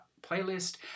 playlist